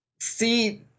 See